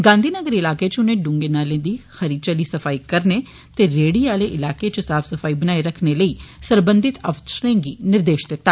गांधी नगर इलाके च उनें ड्रूंगे नाले दी खरी चाली सफाई कराने ते रेहड़ी आलें इलाकें च साफ सफाई बनाई रक्खने लेई सरबंधित अफसरें गी निर्देश दिता